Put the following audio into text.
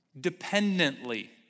dependently